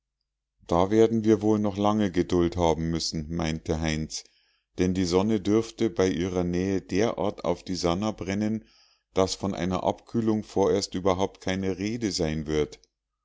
da werden wir wohl noch lange geduld haben müssen meinte heinz denn die sonne dürfte bei ihrer nähe derart auf die sannah brennen daß von einer abkühlung vorerst überhaupt keine rede sein wird